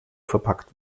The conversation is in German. verpackt